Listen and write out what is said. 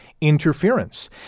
interference